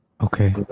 Okay